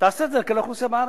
תעשה את זה לכלל האוכלוסייה בארץ.